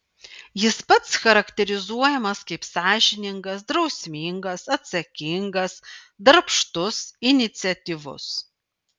jis pats charakterizuojamas kaip sąžiningas drausmingas atsakingas darbštus iniciatyvus